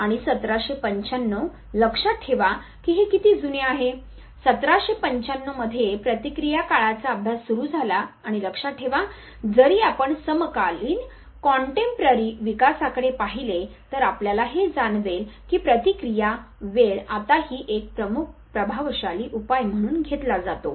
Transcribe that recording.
आणि 1795 लक्षात ठेवा की हे किती जुने आहे 1795 मध्ये प्रतिक्रिया काळाचा अभ्यास सुरू झाला आणि लक्षात ठेवा जरी आपण समकालीन विकासाकडे पाहिले तर आपल्याला हे जाणवेल की प्रतिक्रिया वेळ आताही एक प्रमुख प्रभावशाली उपाय म्हणून घेतला जातो